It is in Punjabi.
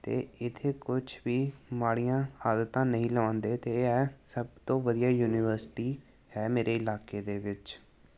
ਅਤੇ ਇੱਥੇ ਕੁਝ ਵੀ ਮਾੜੀਆਂ ਆਦਤਾਂ ਨਹੀਂ ਲਾਉਂਦੇ ਅਤੇ ਇਹ ਸਭ ਤੋਂ ਵਧੀਆ ਯੂਨੀਵਰਸਿਟੀ ਹੈ ਮੇਰੇ ਇਲਾਕੇ ਦੇ ਵਿੱਚ